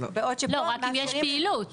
בעוד שפה --- רק אם יש פעילות.